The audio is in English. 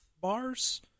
bars